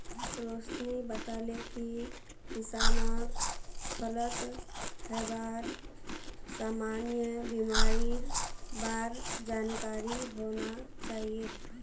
रोशिनी बताले कि किसानक फलत हबार सामान्य बीमारिर बार जानकारी होना चाहिए